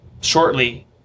shortly